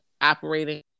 operating